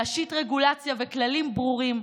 להשית רגולציה וכללים ברורים,